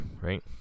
Right